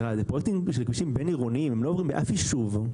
אלה פרויקטים של כבישים בין-עירוניים; הם לא עוברים באף יישוב.